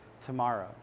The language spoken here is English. tomorrow